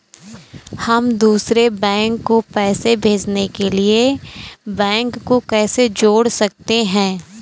हम दूसरे बैंक को पैसे भेजने के लिए बैंक को कैसे जोड़ सकते हैं?